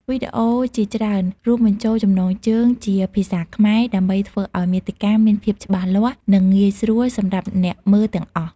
វីដេអូជាច្រើនរួមបញ្ចូលចំណងជើងជាភាសាខ្មែរដើម្បីធ្វើឱ្យមាតិកាមានភាពច្បាស់លាស់ និងងាយស្រួលសម្រាប់អ្នកមើលទាំងអស់។